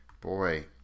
Boy